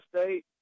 State